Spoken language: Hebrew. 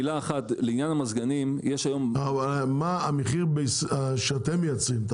מה המחיר כשאתם מייצרים?